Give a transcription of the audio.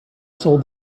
sold